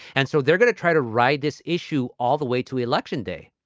and so they're going to try to ride this issue all the way to election day